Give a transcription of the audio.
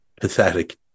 Pathetic